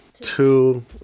two